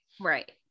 Right